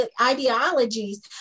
ideologies